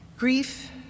Grief